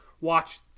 watch